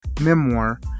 memoir